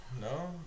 No